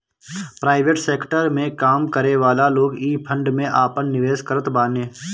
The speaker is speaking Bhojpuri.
प्राइवेट सेकटर में काम करेवाला लोग इ फंड में आपन निवेश करत बाने